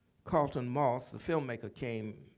carlton moss, the filmmaker, came